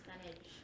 percentage